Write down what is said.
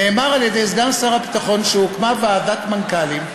נאמר על-ידי סגן שר הביטחון שהוקמה ועדת מנכ"לים.